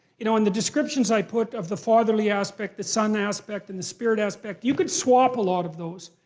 you know, in the descriptions i put of the fatherly aspect, the son aspect, and the spirit aspect, you could swap a lot of those.